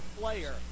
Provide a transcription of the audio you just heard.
player